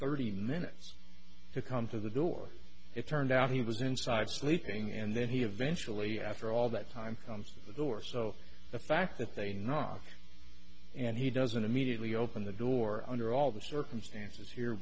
thirty minutes to come to the door it turned out he was inside sleeping and then he eventually after all that time comes the door so the fact that they knocked and he doesn't immediately open the door under all the circumstances here